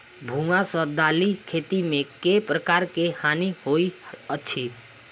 भुआ सँ दालि खेती मे केँ प्रकार केँ हानि होइ अछि?